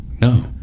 No